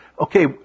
Okay